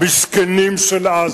המסכנים של עזה.